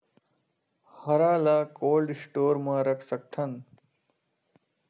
हरा ल cold store म रख सकथन?